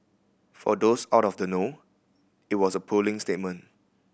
for those out of the know it was a puling statement